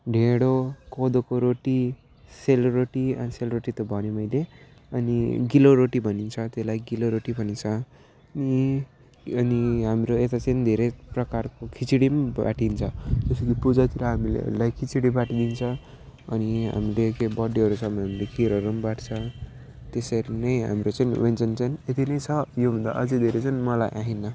ढेँडो कोदोको रोटी सेलरोटी अनि सेलरोटी त भनेँ मैले अनि गिलो रोटी भनिन्छ त्यसलाई गिलो रोटी भनिन्छ अनि अनि हाम्रो यता चाहिँ धेरै प्रकारको खिचडी पनि बाँडिन्छ त्यसरी पूजातिर हामीले लाइक खिचडी बाँडिन्छ अनि हामीले के बर्थडेहरू छ भने त खिरहरू पनि बाँड्छ त्यसरी नै हाम्रो चाहिँ चाहिँ चाहिँ यति नै छ योभन्दा अझै धेरै छन् मलाई आएन